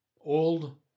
old